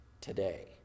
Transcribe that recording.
today